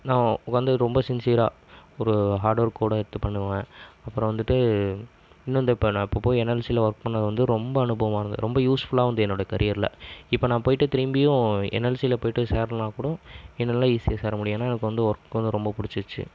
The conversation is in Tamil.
நான் வந்து ரொம்ப சின்சியராக ஒரு ஹார்ட் ஒர்க்கோடு எடுத்து பண்ணுவேன் அப்புறம் வந்துட்டு இன்னும் இந்த இப்போ நான் இப்போ போய் என்எல்சியில் ஒர்க் பண்ணறது வந்து ரொம்ப அனுபவம் அங்கே ரொம்ப யூஸ்ஃபுல்லாகவும் இருந்தது என்னோட கேரியரில் இப்போது நான் போயிட்டு திரும்பியும் என்எல்சியில் போய்ட்டு சேரணும்னால் கூட என்னால் ஈஸியாக சேர முடியும் ஏன்னால் எனக்கு வந்து ஒர்க் வந்து ரொம்ப பிடிச்சிருச்சி